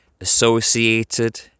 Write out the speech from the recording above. associated